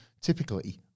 typically